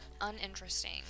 uninteresting